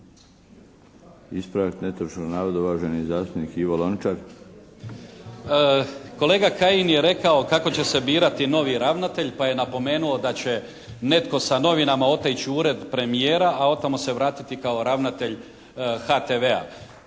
Ispravak netočnog navoda uvaženi zastupnik Ivo Lončar. **Lončar, Ivan (Nezavisni)** Kolega Kajin je rekao kako će se birati novi ravnatelj, pa je napomenuo da će netko sa novinama otići u Ured premijera, a od tamo se vratiti kao ravnatelj HTV-a.